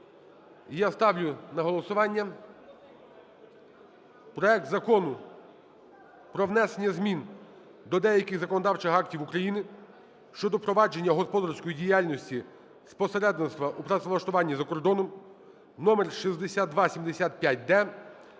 я ставлю на голосування проект Закону внесення змін до деяких законодавчих актів України щодо провадження господарської діяльності з посередництва у працевлаштуванні за кордоном (№ 6275-д)